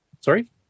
Sorry